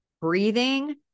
breathing